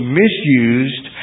misused